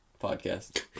podcast